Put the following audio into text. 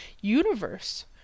universe